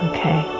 Okay